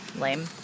Lame